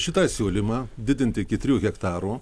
šitą siūlymą didinti iki trijų hektarų